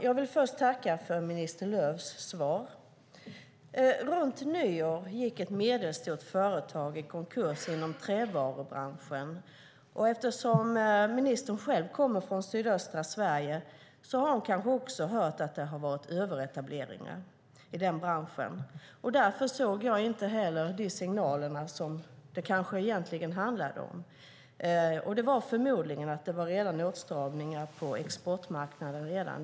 Jag vill tacka för minister Lööfs svar. Runt nyår gick ett medelstort företag inom trävarubranschen i konkurs. Eftersom ministern själv kommer från sydöstra Sverige har hon kanske också hört att det har varit överetableringar i denna bransch. Därför såg jag inte heller de signaler som det kanske egentligen handlade om. Det var förmodligen så att det redan då var åtstramningar på exportmarknaden.